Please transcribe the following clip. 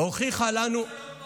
יש הרבה